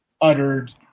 uttered